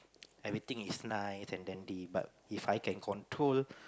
everything is nice and then they but If I can control